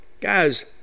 guys